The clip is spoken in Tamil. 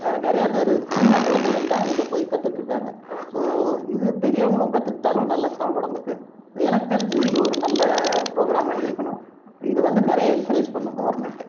நிறைய பேர் சின்ன குழந்தைங்கள்தான் இதை போய் கற்றுட்டுருக்காங்க ஸோ இது பெரியவங்களும் கற்றுக்கிட்டாலும் நல்லதுதான் உடம்புக்கு எனக்கு தெரிஞ்சு இது ஒரு நல்ல ப்ரோக்ராமாக இருக்கணும் இது வந்து நிறைய என்கரேஜ் பண்ணணும் கவர்மெண்ட்